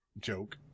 joke